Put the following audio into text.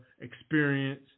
experience